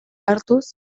hartuz